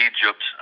Egypt